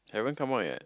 haven't come out yet